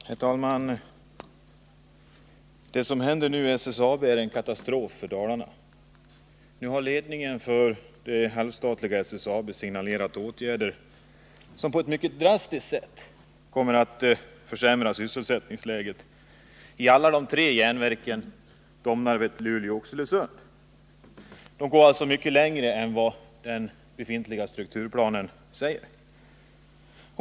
Herr talman! Det som nu händer i SSAB är en katastrof för Dalarna. Nu har ledningen för det halvstatliga SSAB signalerat åtgärder som på ett mycket drastiskt sätt kommer att försämra sysselsättningsläget i alla de tre järnverkeni Domnarvet, Luleå och Oxelösund. Man går alltså mycket längre än vad den befintliga strukturplanen säger.